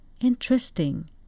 interesting